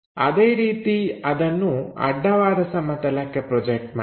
ಅದೇ ರೀತಿ ಅದನ್ನು ಅಡ್ಡವಾದ ಸಮತಲಕ್ಕೆ ಪ್ರೊಜೆಕ್ಟ್ ಮಾಡಿ